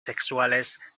sexuales